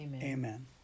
Amen